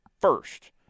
first